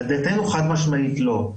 לדעתנו, חד-משמעית לא.